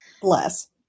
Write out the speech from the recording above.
Bless